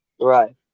Right